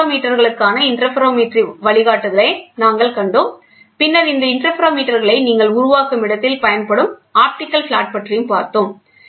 இன்டர்ஃபெரோமீட்டர்களுக்கான interferometry வழிகாட்டுதல்களை நாங்கள் கண்டோம் பின்னர் இந்த இன்டர்ஃபெரோமீட்டர்களை நீங்கள் உருவாக்கும் இடத்தில் பயன்படும் ஆப்டிகல் பிளாட் பற்றியும் பார்த்தோம்